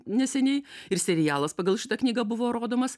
neseniai ir serialas pagal šitą knygą buvo rodomas